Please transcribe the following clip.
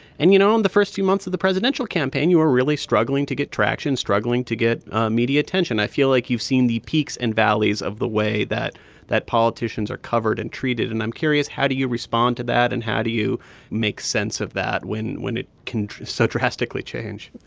and you know, in the first few months of the presidential campaign, you were really struggling to get traction, struggling to get media attention. i feel like you've seen the peaks and valleys of the way that that politicians are covered and treated. and i'm curious. how do you respond to that, and how do you make sense of that when when it can so drastically change?